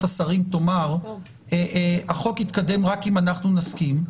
השרים תאמר שהחוק יתקדם רק אם אנחנו נסכים,